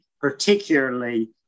particularly